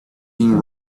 been